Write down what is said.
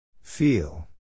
Feel